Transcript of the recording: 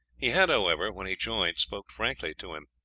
he had, however, when he joined, spoken frankly to him.